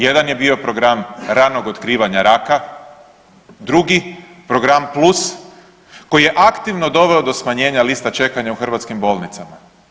Jedan je bio Program ranog otkrivanja raka, drugi Program plus koji je aktivno do smanjenja lista čekanja u hrvatskim bolnicama.